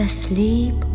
Asleep